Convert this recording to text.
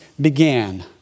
began